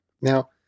now